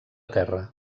terra